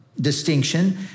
distinction